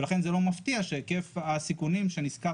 ולכן זה לא מפתיע שהיקף הסיכונים שנסקר